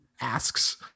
asks